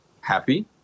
happy